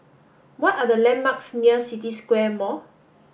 what are the landmarks near City Square Mall